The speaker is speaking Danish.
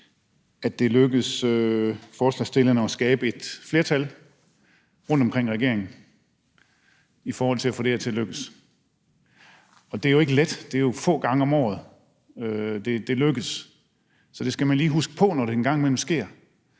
det er lykkedes forslagsstillerne at skabe et flertal rundtomkring regeringen i forhold til at få det her til at lykkes, og det er jo ikke let; det er få gange om året, det lykkes. Så det skal man lige huske på, når det engang imellem sker.